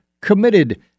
committed